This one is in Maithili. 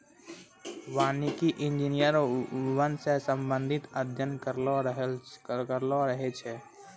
वानिकी इंजीनियर वन से संबंधित अध्ययन करलो रहै छै